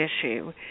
issue